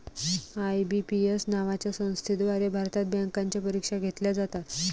IBPS नावाच्या संस्थेद्वारे भारतात बँकांच्या परीक्षा घेतल्या जातात